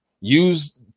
Use